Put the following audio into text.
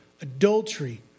adultery